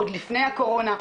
עוד לפני הקורונה,